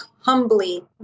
humbly